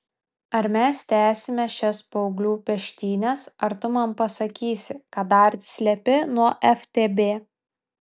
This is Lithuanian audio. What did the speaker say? ar mes tęsime šias paauglių peštynes ar tu man pasakysi ką dar slepi nuo ftb